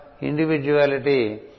Individuality